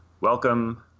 Welcome